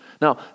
Now